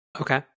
Okay